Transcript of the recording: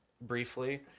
briefly